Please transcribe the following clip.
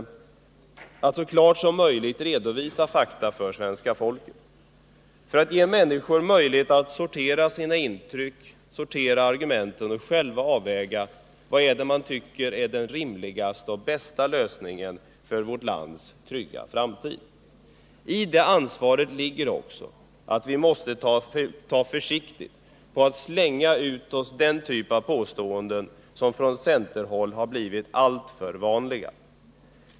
Det gäller att så klart som möjligt redovisa fakta för det svenska folket för att ge människorna möjlighet att sortera sina intryck, sortera argumenten och själva avväga vad man tycker är den rimligaste och bästa lösningen för vårt lands trygga framtid. I det ansvaret ligger också att vi måste vara försiktiga med att slänga ut den typ av påståenden som från centerhåll har blivit alltför vanliga.